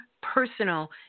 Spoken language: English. personal